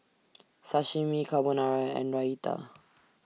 Sashimi Carbonara and Raita